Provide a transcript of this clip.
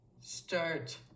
start